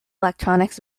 electronics